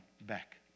back